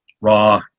raw